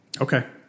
Okay